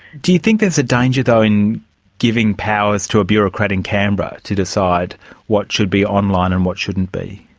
do you think there's a danger, though, in giving powers to a bureaucrat in canberra to decide what should be online and what shouldn't be?